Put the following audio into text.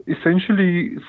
essentially